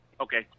Okay